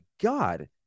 God